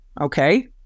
Okay